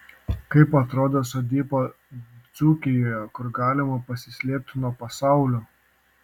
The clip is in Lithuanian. kaip atrodo sodyba dzūkijoje kur galima pasislėpti nuo pasaulio